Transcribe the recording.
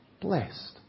blessed